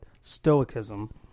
Stoicism